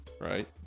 right